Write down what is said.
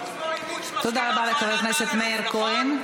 תודה רבה לחבר הכנסת מאיר כהן.